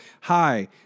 hi